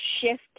shift